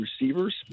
receivers